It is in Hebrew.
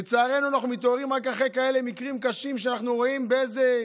לצערנו אנחנו מתעוררים רק אחרי כאלה מקרים קשים שאנחנו רואים באיזו